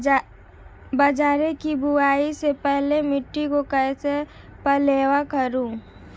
बाजरे की बुआई से पहले मिट्टी को कैसे पलेवा करूं?